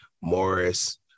Morris